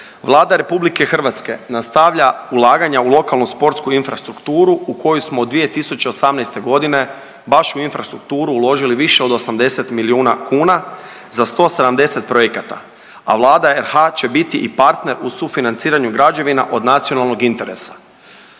Vlada RH nastavlja ulaganja u lokalnu sportsku infrastrukturu u koju smo od 2018. godine baš u infrastrukturu uložili više od 80 milijuna kuna za 170 projekata, a Vlada RH će biti i partner u sufinanciranju građevina od nacionalnog interesa.